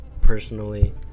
personally